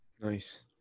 Nice